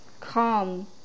Come